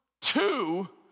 two